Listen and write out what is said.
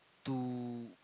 to